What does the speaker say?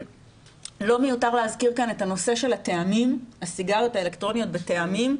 לא מיותר להזכיר כאן את הנושא של הסיגריות האלקטרוניות בטעמים,